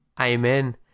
Amen